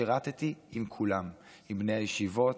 שירתי עם כולם, עם בני הישיבות,